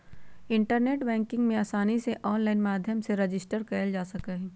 internet banking में आसानी से आनलाइन माध्यम से रजिस्टर कइल जा सका हई